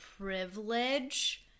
privilege